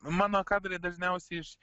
mano kadrai dažniausiai iš